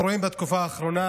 בתקופה האחרונה